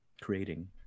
creating